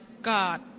God